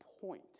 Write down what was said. point